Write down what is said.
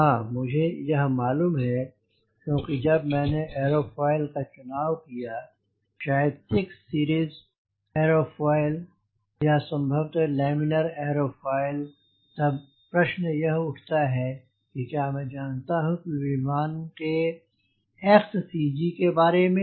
हाँ मुझे यह मालूम है क्योंकि जब मैंने ऐरोफ़ोईल का चुनाव किया शायद 6 सिरीज़ ऐरोफ़ोईल या संभवतः लैमिनर ऐरोफ़ोईल तब प्रश्न यह उठता है की क्या मैं जानता हूँ विमान के Xcg के बारे में